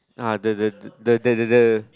ah the the the the the the